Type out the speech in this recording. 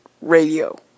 radio